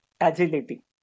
Agility